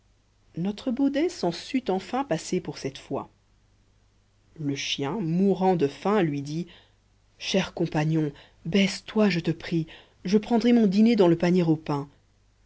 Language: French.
baudet s'en sut enfin passer pour cette fois le chien mourant de faim lui dit cher compagnon baisse-toi je te prie je prendrai mon dîné dans le panier